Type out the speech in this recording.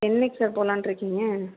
என்னைக்கு சார் போகலான்னு இருக்கீங்க